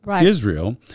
Israel